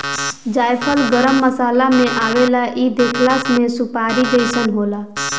जायफल गरम मसाला में आवेला इ देखला में सुपारी जइसन होला